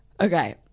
Okay